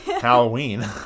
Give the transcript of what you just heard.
Halloween